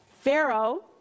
Pharaoh